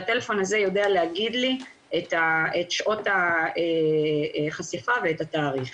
והטלפון הזה יודע להגיד לי את שעות החשיפה ואת התאריך.